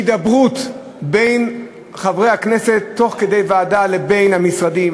יש הידברות בין חברי הכנסת לבין המשרדים.